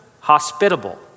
hospitable